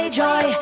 joy